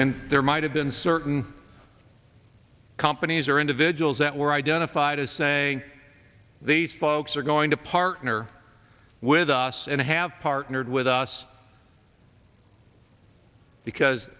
and there might have been certain companies or individuals that were identified as saying the spokes are going to partner with us and have partnered with us because